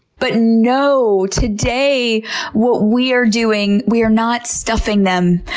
but no. today what we are doing, we are not stuffing them.